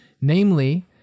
namely